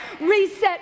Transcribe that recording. Reset